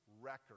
record